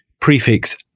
prefix